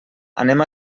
anem